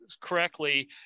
correctly